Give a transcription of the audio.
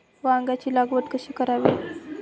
वांग्यांची लागवड कशी करावी?